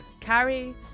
Carrie